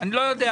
אני לא יודע.